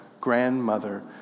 grandmother